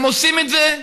והם עושים את זה,